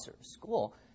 school